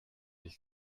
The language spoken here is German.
ich